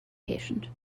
patient